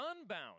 unbound